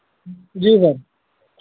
जी sir